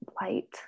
light